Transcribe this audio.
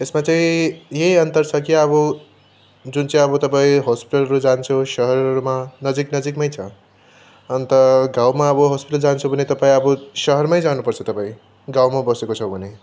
यसमा चाहिँ यही अन्तर छ कि अब जुन चाहिँ अब तपाईँ हस्पिटलहरू जान्छ सहरहरूमा नजिक नजिकमै छ अन्त गाउँमा अब हस्पिटल जान्छ भने तपाईँ अब सहरमै जानुपर्छ तपाईँ गाउँमा बसेको छ भने